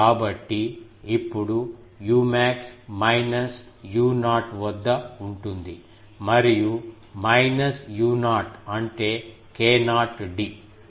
కాబట్టి ఇప్పుడు umax minus u0 వద్ద ఉంటుంది మరియు మైనస్ u0 అంటే k0 d డయాగ్రమ్ ని చూడండి